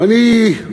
ואני,